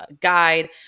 guide